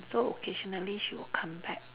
so occasionally she will come back